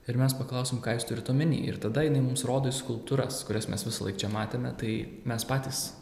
ir mes paklausėm ką jūs turit omeny ir tada jinai mums rodo į skulptūras kurias mes visąlaik čia matėme tai mes patys